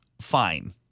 fine